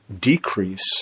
decrease